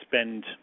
spend